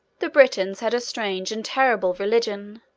the britons had a strange and terrible religion,